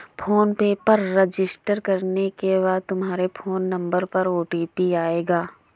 phone पे पर register करने के बाद तुम्हारे फोन नंबर पर ओ.टी.पी आएगा